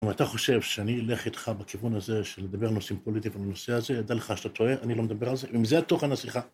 אם אתה חושב שאני אלך איתך בכיוון הזה של לדבר על נושאים פוליטיים ועל הנושא הזה, דע לך שאתה טועה, אני לא מדבר על זה, אם זה התוכן אז סליחה.